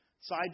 side